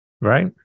Right